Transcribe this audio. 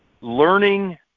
learning